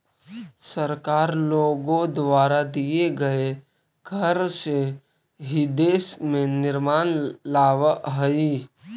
सरकार लोगों द्वारा दिए गए कर से ही देश में निर्माण लावअ हई